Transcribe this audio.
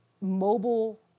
mobile